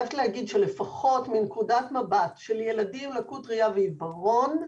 לפחות מנקודת מבט של ילדים עם לקות ראייה ועיוורון,